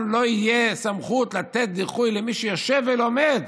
לא תהיה סמכות לתת דיחוי למי שיושב ולומד,